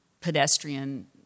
pedestrian